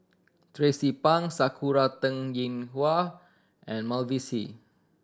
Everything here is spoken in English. Tracie Pang Sakura Teng Ying Hua and Mavis Hee